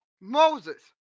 Moses